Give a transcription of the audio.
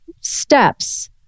steps